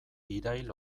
irail